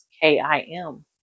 K-I-M